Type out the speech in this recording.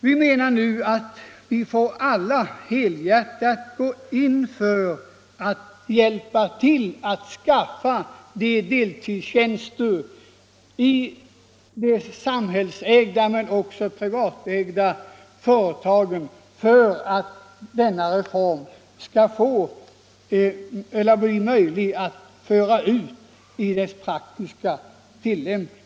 Vi menar nu att vi alla får helhjärtat gå in för att hjälpa till att skaffa de deltidstjänster i samhällsägda men också privatägda företag som behövs för att denna reform skall kunna föras ut i praktisk tillämpning.